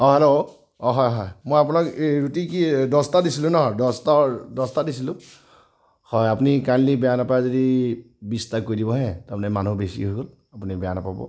অঁ হেল্ল' অঁ হয় হয় মই আপোনাক এই ৰুটি কি দছটা দিছিলো ন দছটা দছটা দিছিলো হয় আপুনি কাইণ্ডলি বেয়া নাপায় যদি বিছটা কৰি দিব হে তাৰমানে মানুহ বেছি হৈ গ'ল আপুনি বেয়া নাপাব